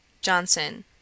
Johnson